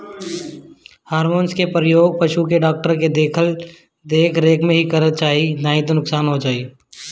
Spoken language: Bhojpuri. हार्मोन के प्रयोग पशु के डॉक्टर के देख रेख में ही करे के चाही नाही तअ परेशानी हो जाई